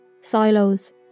silos